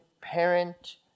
parent